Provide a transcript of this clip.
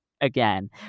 again